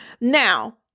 Now